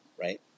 right